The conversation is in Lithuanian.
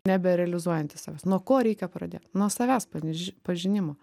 neberealizuojantis savęs nuo ko reikia pradėt nuo savęs paniž pažinimo